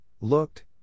looked